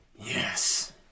Yes